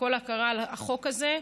וכל ההכרה על החוק הזה.